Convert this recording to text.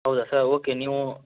ಹೌದಾ sir okay ನೀವು